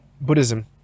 Buddhism